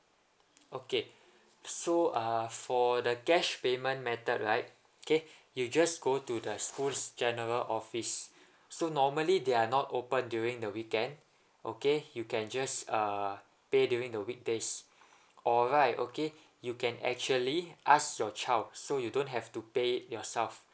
okay so uh for the cash payment method right okay you just go to the school's general office so normally they are not open during the weekend okay you can just uh pay during the weekdays or right okay you can actually ask your child so you don't have to pay it yourself